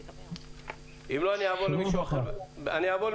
אני עובר לבן אדם אחר.